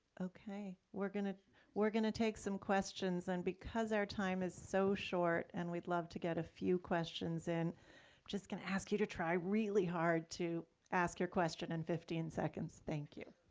okay, we're gonna we're gonna take some questions, and because our time is so short, and we'd love to get a few questions and just gonna ask you to try really hard to ask your question in fifteen seconds, thank you.